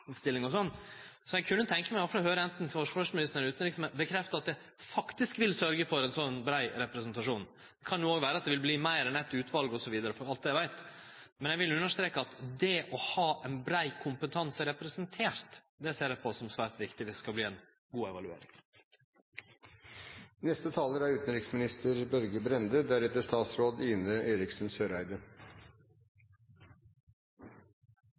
innstilling. Eg kunne tenkje meg å høyre anten forsvarsministeren eller utanriksministeren bekrefte at ein faktisk vil sørgje for ein brei representasjon. Det kan òg vere at det vil verte meir enn eitt utval osv. for alt eg veit, men eg vil understreke at det å ha ein brei kompetanse representert ser eg på som svært viktig, viss det skal verte ei god evaluering. La meg først få innlede med å slå fast at det er